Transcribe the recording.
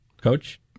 Coach